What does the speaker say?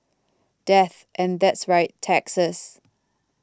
death and that's right taxes